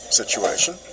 situation